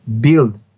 build